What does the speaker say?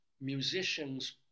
musicians